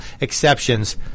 exceptions